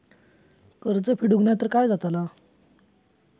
कर्ज फेडूक नाय तर काय जाताला?